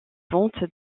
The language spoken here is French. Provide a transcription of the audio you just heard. vente